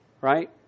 right